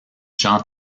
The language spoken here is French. gens